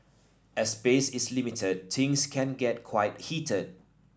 as space is limited things can get quite heated